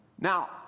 Now